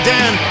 Dan